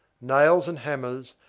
nails and hammers,